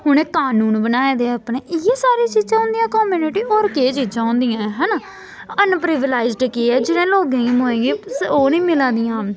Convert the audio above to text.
उ'नें कनून बनाए दे अपने इ'यै सारियां चीजां होंदियां कम्युनिटी होर केह् चीजां होंदियां है ना अनप्रिवलाइजड केह् ऐ जि'नें लोकें गी मोएं ओह् निं मिला दियां